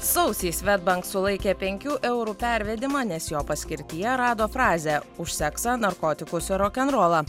sausį svedbank sulaikė penkių eurų pervedimą nes jo paskirtyje rado frazę už seksą narkotikus ir rokenrolą